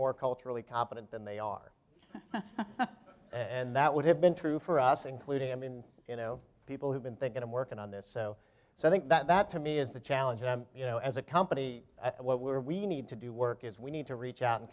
more culturally competent than they are and that would have been true for us including i mean you know people have been thinking i'm working on this so so i think that that to me is the challenge and you know as a company what we're we need to do work is we need to reach out and